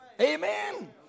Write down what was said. Amen